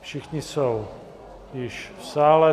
Všichni jsou již v sále.